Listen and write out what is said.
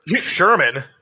Sherman